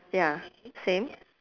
ya same